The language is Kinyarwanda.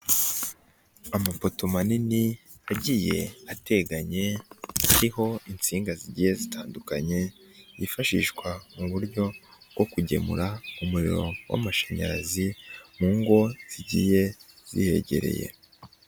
Amapoto manini ,agiye ateganye, ariho insinga zigiye zitandukanye, yifashishwa mu buryo bwo kugemura umuriro w'amashanyarazi mu ngo zigiye zihegereye.